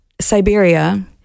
Siberia